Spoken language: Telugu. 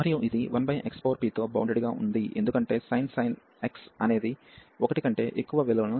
మరియు ఇది 1xp తో బౌండెడ్ గా ఉంది ఎందుకంటే sin x అనేది 1 కంటే ఎక్కువ విలువను తీసుకోదు